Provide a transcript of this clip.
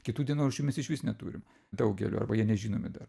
kitų dienoraščių mes išvis neturim daugelio arba jie nežinomi dar